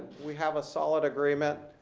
we have a solid agreement,